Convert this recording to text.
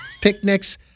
Picnics